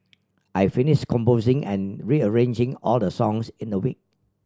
I finish composing and rearranging all the songs in the week